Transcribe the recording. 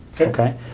Okay